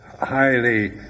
highly